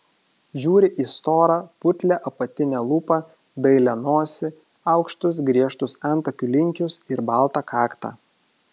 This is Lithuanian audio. žiūri į storą putlią apatinę lūpą dailią nosį aukštus griežtus antakių linkius ir baltą kaktą